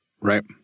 Right